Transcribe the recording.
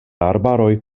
arbaroj